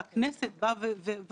שעולה מן הדברים.